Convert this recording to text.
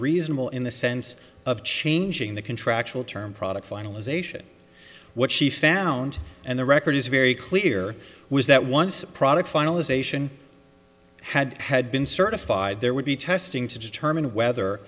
reasonable in the sense of changing the contractual terms product finalization what she found and the record is very clear was that once a product finalization had had been certified there would be testing to determine whether